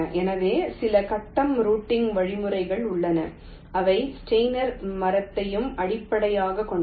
எனவே சில கட்டம் ரூட்டிங் வழிமுறைகள் உள்ளன அவை ஸ்டெய்னர் மரத்தையும் அடிப்படையாகக் கொண்டவை